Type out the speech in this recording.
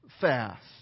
fast